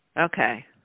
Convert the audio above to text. Okay